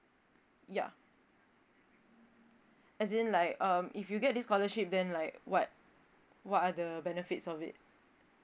ya as in like um if you get this scholarship then like what what are the benefits of it